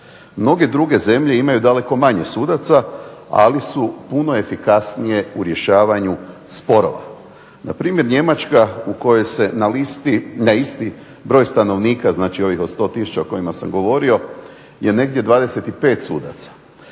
Mnoge druge zemlje imaju daleko manje sudaca ali su puno efikasnije u rješavanju sporova. Na primjer Njemačka u kojoj se na listi na isti broj stanovnika, znači ovih od 100000 o kojima sam govorio je negdje 25 sudaca.